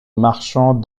marchands